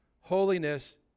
holiness